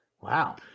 Wow